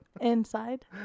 Inside